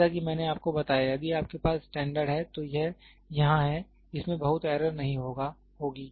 जैसा कि मैंने आपको बताया यदि आपके पास स्टैंडर्ड हैं तो यह यहाँ है इसमें बहुत एरर नहीं होगी